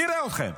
נראה אתכם.